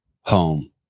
home